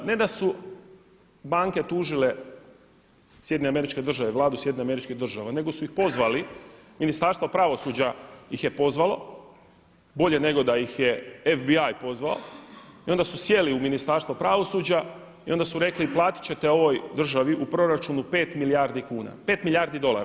Ne da su banke tužile SAD, vladu SAD-a nego su ih pozvali ministarstva pravosuđa ih je pozvalo bolje nego da ih je FBI pozvao i onda su sjeli u ministarstvo pravosuđa i onda su rekli platit ćete ovoj državi u proračunu pet milijardi dolara.